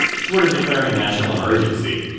short of declaring a national emergency,